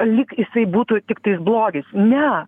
lyg jisai būtų tiktai blogis ne